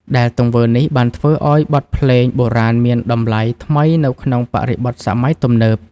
ដែលទង្វើនេះបានធ្វើឱ្យបទភ្លេងបុរាណមានតម្លៃថ្មីនៅក្នុងបរិបទសម័យទំនើប។